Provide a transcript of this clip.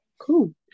Cool